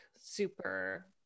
super